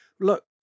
look